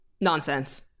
Nonsense